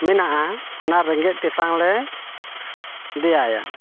ᱢᱮᱱᱟᱜᱼᱟ ᱚᱱᱟ ᱨᱮᱸᱜᱮᱡ ᱛᱮᱛᱟᱝ ᱞᱮ ᱫᱮᱭᱟᱭᱟ